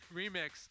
remix